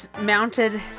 mounted